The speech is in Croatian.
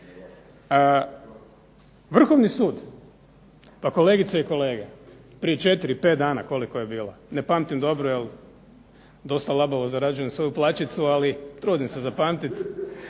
Vrhovni sud. Pa kolegice i kolege, prije 4, 5 dana, koliko je bilo, ne pamtim dobro jer dosta labavo zarađujem svoju plaćicu ali trudim se zapamtiti,